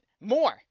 more